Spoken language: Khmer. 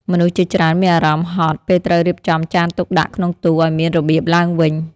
មនុស្សជាច្រើនមានអារម្មណ៍ហត់ ពេលត្រូវរៀបចំចានទុកដាក់ក្នុងទូឱ្យមានរបៀបឡើងវិញ។